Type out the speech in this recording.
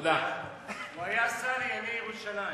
הוא היה שר לענייני ירושלים.